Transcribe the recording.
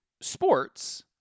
sports